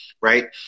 right